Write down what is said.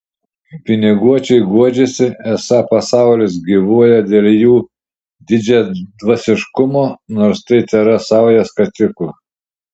piniguočiai guodžiasi esą pasaulis gyvuoja dėl jų didžiadvasiškumo nors tai tėra sauja skatikų